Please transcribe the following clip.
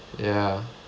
ya